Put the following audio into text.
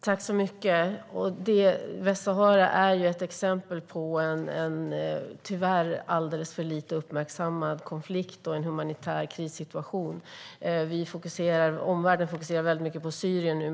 Herr talman! Västsahara är ett exempel på en tyvärr alldeles för lite uppmärksammad konflikt och humanitär krissituation. Omvärlden fokuserar mycket på Syrien nu.